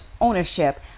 ownership